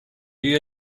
you